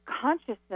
consciousness